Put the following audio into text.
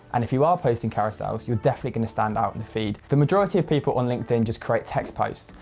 and if you are posting carousels, you're definitely going and to stand out in the feed. the majority of people on linkedin just create text posts.